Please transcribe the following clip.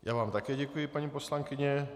Já vám také děkuji, paní poslankyně.